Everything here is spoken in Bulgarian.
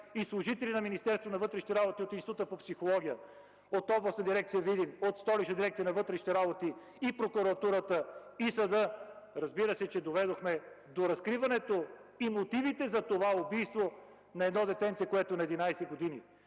и служители на Министерството на вътрешните работи, от Института по психология от Областна дирекция Видин, от Столична дирекция на вътрешните работи, прокуратурата и съда, разбира се, доведохме до разкриването и мотивите за това убийство на едно детенце, което е на 11 години.